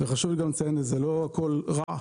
אבל חשוב גם לציין את זה, לא הכול רעה.